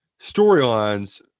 storylines